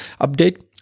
update